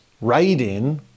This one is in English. writing